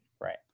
Right